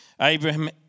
Abraham